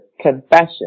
confession